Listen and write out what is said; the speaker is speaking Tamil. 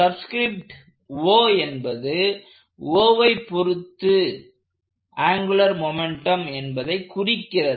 சப்ஸ்கிரிப்ட் O என்பது Oவை பொருத்து ஆங்குலர் மொமெண்ட்டும் என்பதைக் குறிக்கிறது